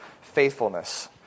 faithfulness